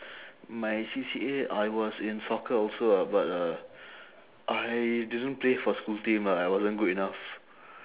my C_C_A I was in soccer also ah but uh I didn't play for school team ah I wasn't good enough